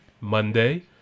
Monday